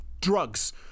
drugs